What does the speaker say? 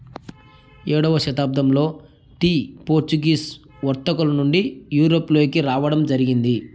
ఏడవ శతాబ్దంలో tea Portuguese వర్తకుల నుండి యూరప్ లోకి రావడం జరిగింది